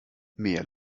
mehr